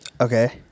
Okay